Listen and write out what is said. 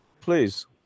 please